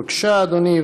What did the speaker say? בבקשה אדוני,